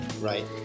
Right